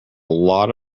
lot